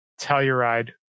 Telluride